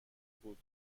بود